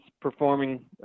performing